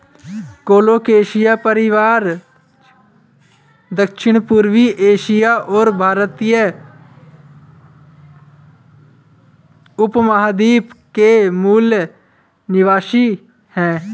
colocasia परिवार दक्षिणपूर्वी Asia और भारतीय उपमहाद्वीप के मूल निवासी है